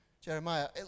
Jeremiah